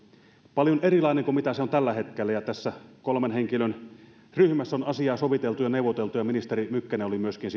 paljon erilainen kuin mitä se on tällä hetkellä tässä kolmen henkilön ryhmässä on asiaa soviteltu ja neuvoteltu ja ministeri mykkänen oli myöskin